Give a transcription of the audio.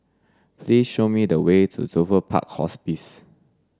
please show me the way to Dover Park Hospice